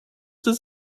does